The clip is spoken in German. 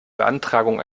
beantragung